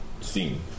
scene